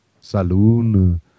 saloon